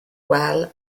wel